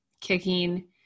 kicking